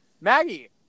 Maggie